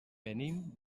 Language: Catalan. venim